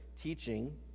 teaching